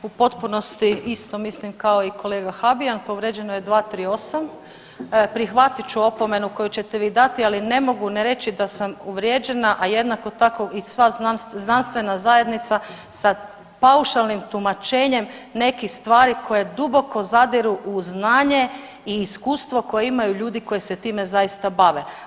U potpunosti isto mislim kao i kolega Habijan, povrijeđeno je 238., prihvatit ću opomenu koju ćete mi dati, ali ne mogu ne reći da sam uvrijeđena, a jednako tako i sva znanstvena zajednica sa paušalnim tumačenjem nekih stvari koje duboko zadiru u znanje i iskustvo koje imaju ljudi koji se time zaista bave.